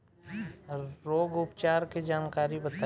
रोग उपचार के जानकारी बताई?